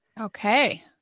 Okay